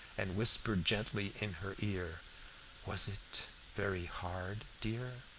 and whispered gently in her ear was it very hard, dear?